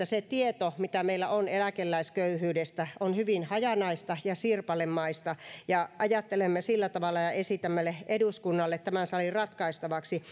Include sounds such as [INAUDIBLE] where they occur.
[UNINTELLIGIBLE] se tieto mitä meillä on eläkeläisköyhyydestä on hyvin hajanaista ja sirpalemaista ja ajattelemme sillä tavalla ja esitämme eduskunnalle tämän salin ratkaistavaksi [UNINTELLIGIBLE]